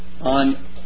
on